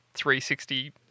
360